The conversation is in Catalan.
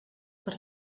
per